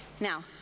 Now